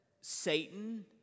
Satan